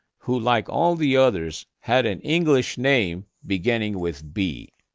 who like all the others, had an english name beginning with b.